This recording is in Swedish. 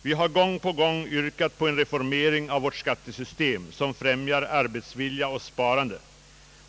Vi har gång på gång yrkat på en reformering av vårt skattesystem som främjar arbetsvilja och sparande.